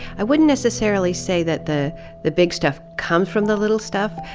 i wouldn't necessarily say that the the big stuff comes from the little stuff,